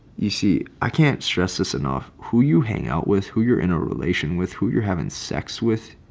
you see, i can't stress this enough, who you hang out with who you're in a relation with who you're having sex with.